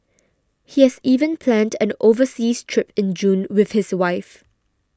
he has even planned an overseas trip in June with his wife